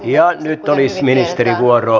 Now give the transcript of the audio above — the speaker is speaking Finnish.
ja nyt olisi ministerin vuoro